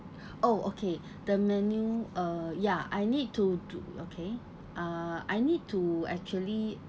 oh okay the menu uh ya I need to do okay uh I need to actually